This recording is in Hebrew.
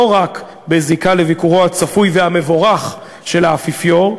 לא רק בזיקה לביקורו הצפוי והמבורך של האפיפיור,